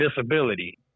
disability